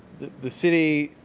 the city,